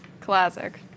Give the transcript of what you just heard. classic